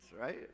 right